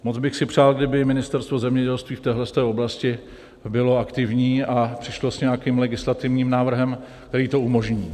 Moc bych si přál, kdyby Ministerstvo zemědělství v téhle té oblasti bylo aktivní a přišlo s nějakým legislativním návrhem, který to umožní.